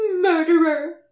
Murderer